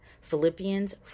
Philippians